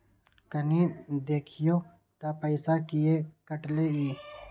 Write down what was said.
कनी देखियौ त पैसा किये कटले इ?